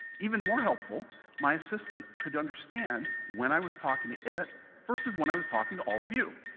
even more helpful my assistant could understand when i was talking to it versus when i was talking to all of you.